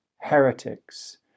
heretics